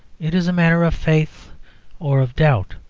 it is a matter of faith or of doubt.